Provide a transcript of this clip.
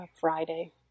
Friday